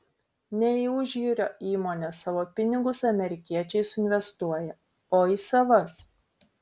ne į užjūrio įmones savo pinigus amerikiečiai suinvestuoja o į savas